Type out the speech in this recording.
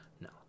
No